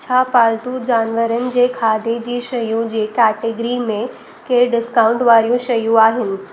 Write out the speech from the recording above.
छा पालतू जानवरनि जे खाधे जी शयुनि जे कैटेगरी में के डिस्काउंट वारियूं शयूं आहिनि